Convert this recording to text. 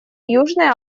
южной